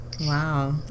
Wow